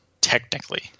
Technically